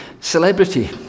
celebrity